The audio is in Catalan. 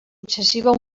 excessiva